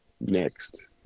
next